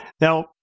Now